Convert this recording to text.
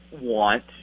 want